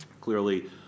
Clearly